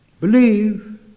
believe